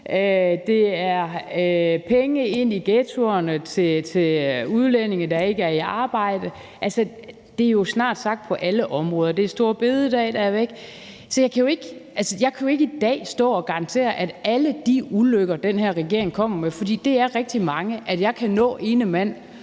Det er penge ind i ghettoerne til udlændinge, der ikke er i arbejde. Altså, det er jo snart sagt på alle områder. Det er store bededag, der er væk. Så jeg kan jo ikke i dag stå og garantere, at alle de ulykker, den her regering kommer med, for det er rigtig mange, at jeg ene mand